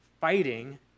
fighting